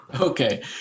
okay